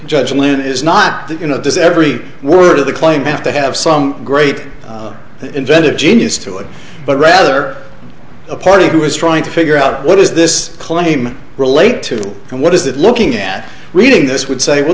judge loon is not does every word of the claim have to have some great inventive genius to it but rather a party who is trying to figure out what does this claim relate to and what is it looking at reading this would say well